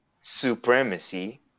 supremacy